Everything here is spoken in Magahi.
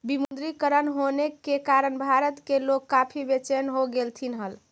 विमुद्रीकरण होने के कारण भारत के लोग काफी बेचेन हो गेलथिन हल